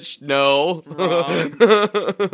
No